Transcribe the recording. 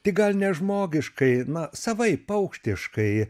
tik gal ne žmogiškai na savaip paukštiškai